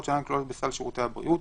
שאינן כלולות בסל שירותי הבריאות,